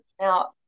Now